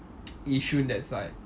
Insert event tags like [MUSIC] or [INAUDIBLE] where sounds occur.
[NOISE] yishun that side